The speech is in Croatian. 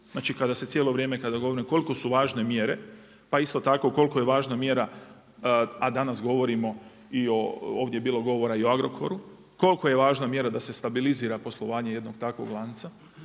u gospodarstvo, kada govorim koliko su važne mjere pa isto tako koliko je važna mjera, a danas govorimo ovdje je bilo govora i o Agrokoru, koliko je važna mjera da se stabilizira poslovanje jednog takvog lanca